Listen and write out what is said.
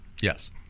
Yes